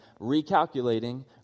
recalculating